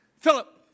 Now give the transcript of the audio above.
Philip